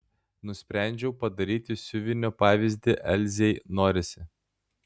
nusprendžiau padaryti siuvinio pavyzdį elzei norisi